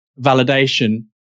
validation